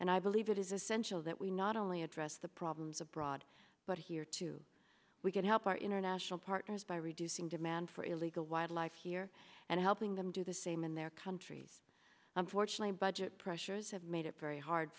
and i believe it is essential that we not only address the problems abroad but here too we could help our international partners by reducing demand for illegal wildlife here and helping them do the same in their countries unfortunately budget pressures have made it very hard